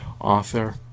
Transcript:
author